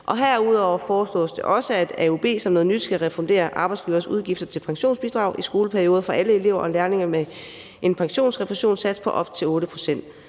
år. Herudover foreslås det også, at AUB som noget nyt skal refundere arbejdsgiveres udgifter til pensionsbidrag i skoleperioder for alle elever og lærlinge med en pensionsrefusionssats på op til 8 pct.